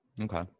okay